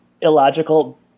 illogical